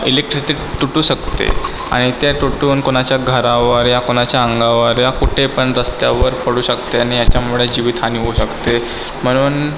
electricity तुटू शकते आणि ते तुटून कोणाच्या घरावर या कोणाच्या अंगावर या कुठे पण रस्त्यावर पडू शकते आणि याच्यामुळे जीवितहानी होऊ शकते म्हणून